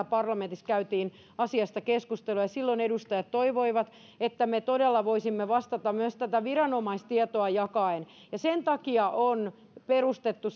parlamentissa käytiin asiasta keskustelu silloin edustajat toivoivat että me todella voisimme vastata myös tätä viranomaistietoa jakaen sen takia on perustettu